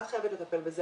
את חייבת לטפל בזה.